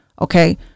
Okay